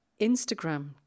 Instagram